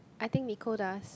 I think Nicole does